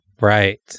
Right